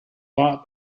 war